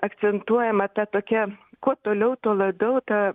akcentuojama ta tokia kuo toliau tuo labiau ta